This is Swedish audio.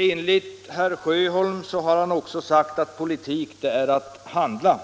Enligt herr Sjöholm har han också sagt att ”politik är att handla”.